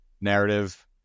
narrative